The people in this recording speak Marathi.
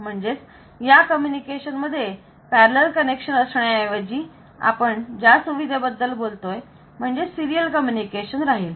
म्हणजेच या कम्युनिकेशन मध्ये पॅरलल कनेक्शन असण्याऐवजी आपण ज्या सुविधेबद्दल बोलतोय म्हणजेच सीरियल कम्युनिकेशन राहील